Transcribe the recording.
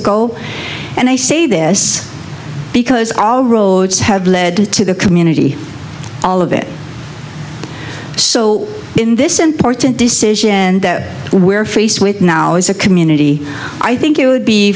ago and i say this because all roads have led to the community all of it so in this important decision and that we're faced with now as a community i think it would be